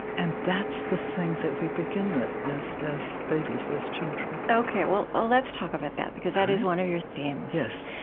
and that's the thing that we begin with as as babies, as children ok. well, let's talk about that because that is one of your themes yes